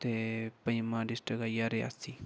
ते पंजमा डिस्ट्रिक आई गेआ रियासी